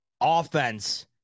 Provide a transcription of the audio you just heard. offense